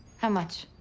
how much?